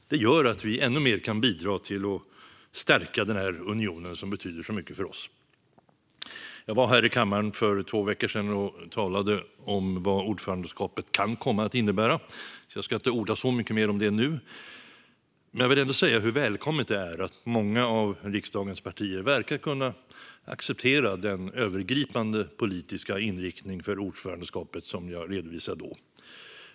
Det gör att vi ännu mer kan bidra till att stärka den union som betyder så mycket för oss. Jag var här i kammaren för två veckor sedan och talade om vad ordförandeskapet kan komma att innebära, så jag ska inte orda så mycket mer om det nu. Jag vill ändå säga hur välkommet det är att många av riksdagens partier verkar kunna acceptera den övergripande politiska inriktning för ordförandeskapet som jag redovisade då.